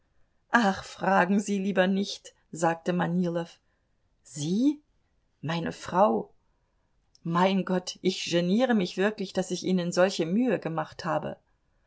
ach fragen sie lieber nicht sagte manilow sie meine frau mein gott ich geniere mich wirklich daß ich ihnen solche mühe gemacht habe